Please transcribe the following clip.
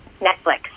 Netflix